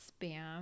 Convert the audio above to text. spam